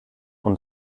und